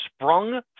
sprung